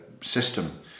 system